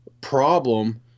problem